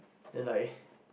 then like